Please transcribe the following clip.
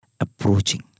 approaching